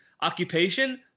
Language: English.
Occupation